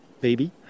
baby